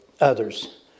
others